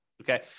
okay